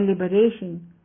liberation